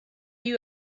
you